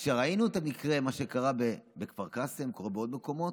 כשראינו את המקרה שקרה בכפר קאסם וקורה בעוד מקומות,